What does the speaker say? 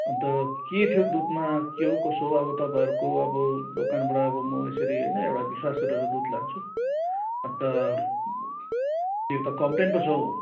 अन्त के थियो दुधमा के हो कसो हो अब तपाईँहरूको अब दोकानबाट अब म यसरी होइना एउटा विश्वास गरेर दुध लान्छु अन्त त्यो त कम्पेलेन पो छ हौ